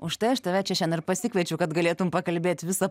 užtai aš tave čia šian ir pasikviečiau kad galėtum pakalbėt visą